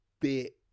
bit